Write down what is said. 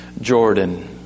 Jordan